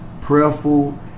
prayerful